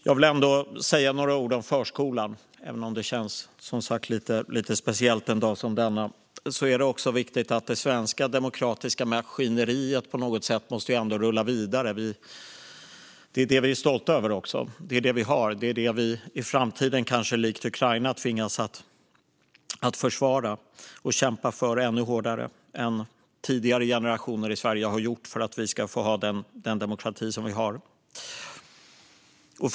Jag vill säga några ord om förskolan, även om det känns lite speciellt en dag som denna. Det är ju viktigt att det svenska demokratiska maskineriet på något sätt ändå rullar vidare. Det är det vi är stolta över. Det är det vi har. I framtiden kanske vi likt Ukraina tvingas att försvara och kämpa för den demokrati som vi har - ännu hårdare än tidigare generationer i Sverige har gjort.